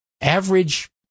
average